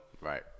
Right